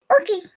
Okay